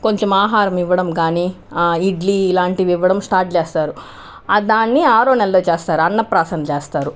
కొంచం ఆహారం ఇవ్వడం కానీ ఇడ్లీ ఇలాంటివి ఇవ్వడం స్టార్ట్ చేస్తారు దాన్ని ఆరో నెలలో చేస్తారు అన్నప్రాసన చేస్తారు